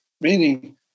meaning